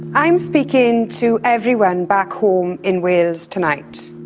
i'm speaking to everyone back home in wales tonight.